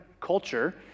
culture